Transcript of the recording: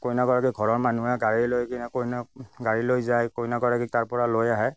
কইনাগৰাকীৰ ঘৰৰ মানুহে গাড়ী লৈ কেনে কইনাক গাড়ী লৈ যাই কইনাগৰাকীক তাৰপৰা লৈ আহে